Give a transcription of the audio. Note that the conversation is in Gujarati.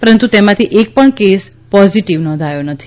પરંતુ તેમાંથી એકપણ કેસ પોઝિટિવ નોંધાયો નહીં